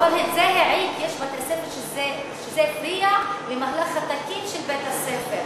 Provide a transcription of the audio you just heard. יש בתי-ספר שזה הפריע למהלך התקין של בתי-הספר,